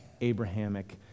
Abrahamic